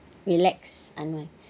relax unwind